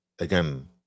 Again